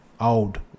Old